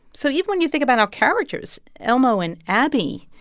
so even when you think about our characters elmo, and abby,